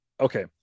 Okay